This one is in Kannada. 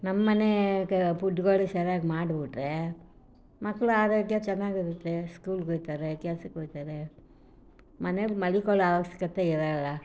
ನಮ್ಮನೆ ಕ ಪುಡ್ಗಳು ಸರ್ಯಾಗಿ ಮಾಡಿಬಿಟ್ರೆ ಮಕ್ಕಳು ಆರೋಗ್ಯ ಚೆನ್ನಾಗಿರುತ್ತೆ ಸ್ಕೂಲಿಗೆ ಹೋಗ್ತಾರೆ ಕೆಲ್ಸಕ್ಕೆ ಹೋಗ್ತಾರೆ ಮನೆಯಲ್ಲಿ ಮಲ್ಕೊಳ್ಳೋ ಅವಶ್ಕತೆ ಇರೋಲ್ಲ